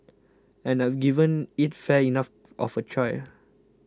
and I've given it fair enough of a try